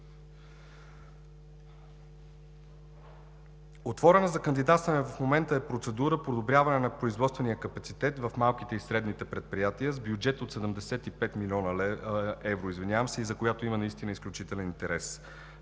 Отворена за кандидатстване в момента е процедура „Подобряване на производствения капацитет в малките и средните предприятия“ с бюджет от 75 млн. евро, за която има наистина изключителен интерес.